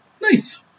Nice